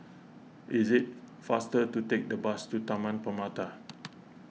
it is faster to take the bus to Taman Permata